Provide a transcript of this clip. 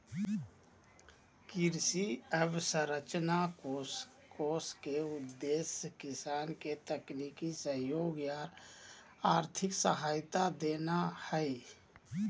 कृषि अवसंरचना कोष के उद्देश्य किसान के तकनीकी सहयोग आर आर्थिक सहायता देना हई